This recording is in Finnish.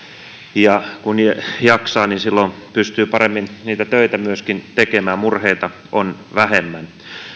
ja kun jaksaa niin silloin pystyy paremmin niitä töitä myöskin tekemään ja murheita on vähemmän